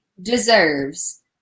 deserves